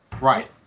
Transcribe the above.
Right